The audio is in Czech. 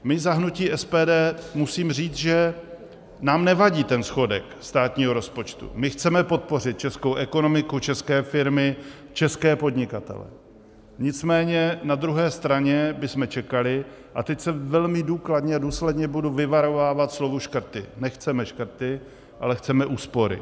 My, za hnutí SPD musím říct, že nám nevadí ten schodek státního rozpočtu, my chceme podpořit českou ekonomiku, české firmy, české podnikatele, nicméně na druhé straně bychom čekali, a teď se velmi důkladně a důsledně budu vyvarovávat slova škrty nechceme škrty, ale chceme úspory.